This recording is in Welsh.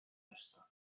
person